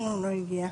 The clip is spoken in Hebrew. כן, הוא לא הגיע.